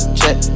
check